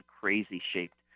crazy-shaped